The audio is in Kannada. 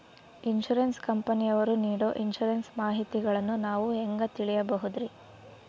ಇನ್ಸೂರೆನ್ಸ್ ಕಂಪನಿಯವರು ನೇಡೊ ಇನ್ಸುರೆನ್ಸ್ ಮಾಹಿತಿಗಳನ್ನು ನಾವು ಹೆಂಗ ತಿಳಿಬಹುದ್ರಿ?